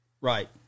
Right